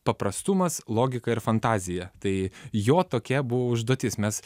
paprastumas logika ir fantazija tai jo tokia buvo užduotis mes